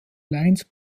lions